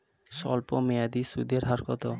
স্বল্পমেয়াদী সুদের হার কত?